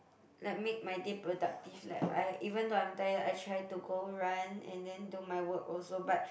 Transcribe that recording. like make my day productive like I even though I'm tired I try to go run and then do my work also but